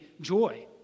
joy